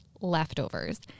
leftovers